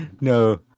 No